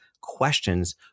questions